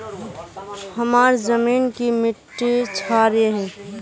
हमार जमीन की मिट्टी क्षारीय है?